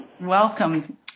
Welcome